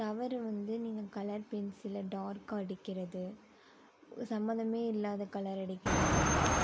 தவறு வந்து நீங்கள் கலர் பென்சிலில் டார்க்காக அடிக்கிறது சம்பந்தமே இல்லாத கலர் அடிக்கிறது